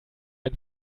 ein